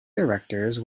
directors